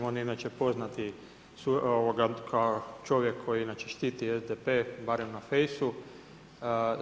On je inače poznati kao čovjek koji inače štiti SDP, barem na Face-u.